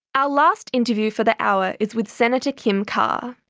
our last interview for the hour is with senator kim carr,